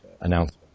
announcement